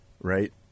Right